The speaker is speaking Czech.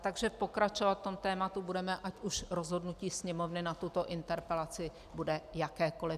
Takže pokračovat v tématu budeme, ať už rozhodnutí Sněmovny na tuto interpelaci bude jakékoli.